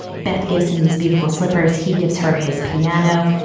beth gives him these beautiful slippers. he gives her his piano,